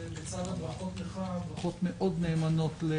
ברכות לך וברכות נאמנות מאוד